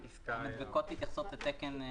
חן,